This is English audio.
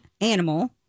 animal